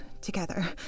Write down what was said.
together